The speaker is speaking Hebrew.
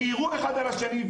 וירו אחד על השני,